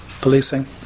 policing